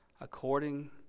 according